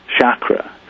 chakra